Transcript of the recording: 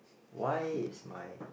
why is my